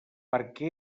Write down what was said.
perquè